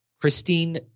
Christine